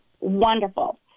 wonderful